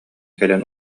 кэлэн